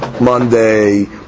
Monday